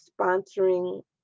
sponsoring